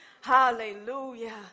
Hallelujah